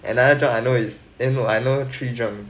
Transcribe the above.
another jong I know is eh no I know three jongs